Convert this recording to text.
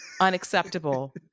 Unacceptable